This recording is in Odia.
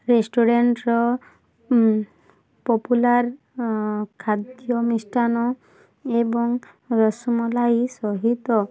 ରେଷ୍ଟୁରାଣ୍ଟ୍ର ପପୁଲାର୍ ଖାଦ୍ୟ ମିଷ୍ଟାନ୍ନ ଏବଂ ରସମଲେଇ ସହିତ